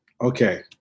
Okay